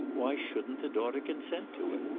why shouldn't the daughter consent to him?